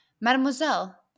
Mademoiselle